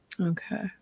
Okay